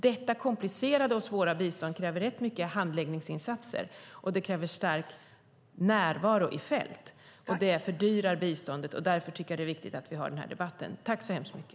Detta komplicerade och svåra bistånd kräver rätt mycket handläggningsinsatser, och det kräver stark närvaro i fält. Det fördyrar biståndet. Därför är det viktigt att vi har denna debatt.